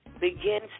begins